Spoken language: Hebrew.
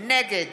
נגד